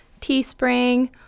Teespring